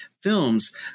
films